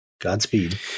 Godspeed